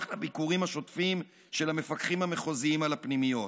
לביקורים השוטפים של המפקחים המחוזיים על הפנימיות,